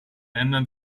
ändern